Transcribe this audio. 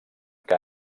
que